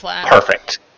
perfect